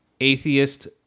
atheist